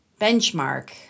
benchmark –